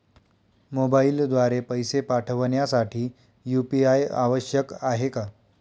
मोबाईलद्वारे पैसे पाठवण्यासाठी यू.पी.आय आवश्यक आहे का?